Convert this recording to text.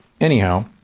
anyhow